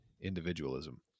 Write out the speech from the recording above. individualism